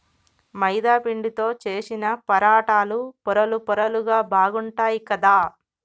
మైదా పిండితో చేశిన పరాటాలు పొరలు పొరలుగా బాగుంటాయ్ కదా